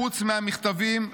חוץ מהמכתבים,